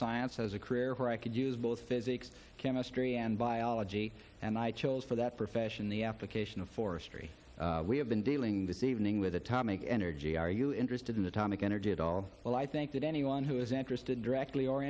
science as a career where i could use both physics chemistry and biology and i chose for that profession the application of forestry we have been dealing this evening with atomic energy are you interested in the topic energy at all well i think that anyone who is interested directly or